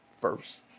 first